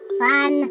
fun